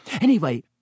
Anyway